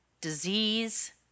disease